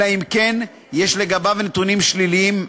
אלא אם כן יש לגביו נתונים שליליים.